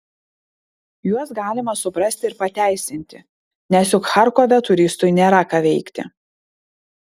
juos galima suprasti ir pateisinti nes juk charkove turistui nėra ką veikti